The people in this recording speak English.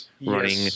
running